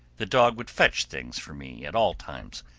the dog would fetch things for me at all times,